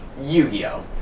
Yu-Gi-Oh